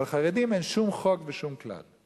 אבל חרדים, אין שום חוק ושום כלל,